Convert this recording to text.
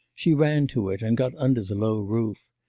she ran to it and got under the low roof.